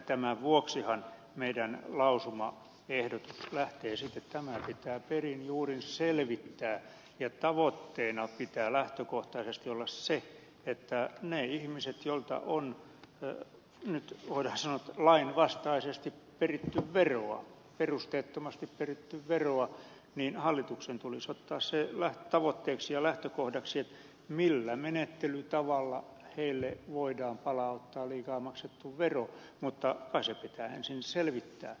tämän vuoksihan meidän lausumaehdotuksemme lähtee siitä että tämä pitää perin juurin selvittää ja hallituksen tulisi ottaa se tavoitteeksi ja lähtökohdaksi millä menettelytavalla niille ihmisille joilta on nyt voidaan sanoa lainvastaisesti peritty veroa perusteettomasti peritty veroa niin hallituksen tulisi ottaa sillä tavoitteeksi ja lähtökohdaksi millä menettelytavalla heille voidaan palauttaa liikaa maksettu vero mutta kai se pitää ensin selvittää